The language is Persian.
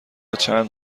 چند